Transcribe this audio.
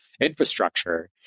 infrastructure